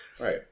right